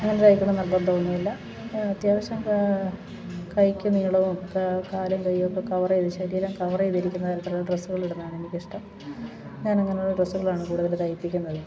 അങ്ങനെ തയ്ക്കണം നിർബന്ധം ഒന്നും ഇല്ല അത്യാവശ്യം കൈക്ക് നീളവും കാലും കൈയൊക്കെ കവറ് ചെയ്ത് ശരീരം കവറ് ചെയ്തിരിക്കുന്ന തരത്തിലുള്ള ഡ്രസ്സുകളിടുന്നതാണെനിക്കിഷ്ടം ഞാൻ അങ്ങനെയുള്ള ഡ്രസ്സുകളാണ് കൂടുതൽ തയ്പ്പിക്കുന്നത്